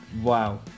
Wow